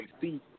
see